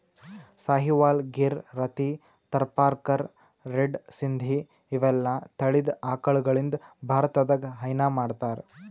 Sahiwal, Gir, Rathi, Tharparkar, red Sindhi ಇವೆಲ್ಲಾ ತಳಿದ್ ಆಕಳಗಳಿಂದ್ ಭಾರತದಾಗ್ ಹೈನಾ ಮಾಡ್ತಾರ್